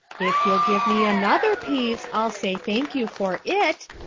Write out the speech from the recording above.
if you'll give me another piece i'll say thank you for it.